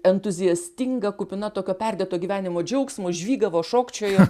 entuziastinga kupina tokio perdėto gyvenimo džiaugsmo žvygavo šokčiojo